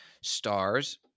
stars